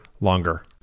longer